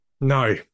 No